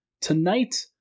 Tonight